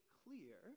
clear